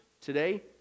today